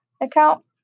account